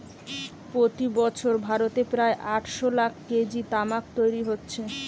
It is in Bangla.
প্রতি বছর ভারতে প্রায় আটশ লাখ কেজি তামাক তৈরি হচ্ছে